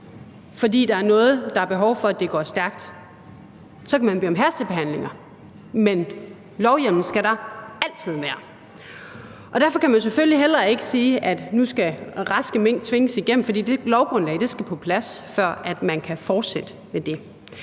fordi der er behov for, at der er noget, der går stærkt. Så kan man bede om hastebehandlinger, men lovhjemmel skal der altid være. Derfor kan man selvfølgelig heller ikke sige, at nu skal det med raske mink tvinges igennem, for det lovgrundlag skal på plads, før man kan fortsætte med det.